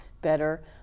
better